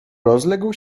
rozległ